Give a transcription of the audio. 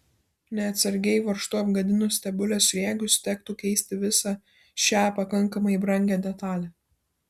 neatsargiai varžtu apgadinus stebulės sriegius tektų keisti visą šią pakankamai brangią detalę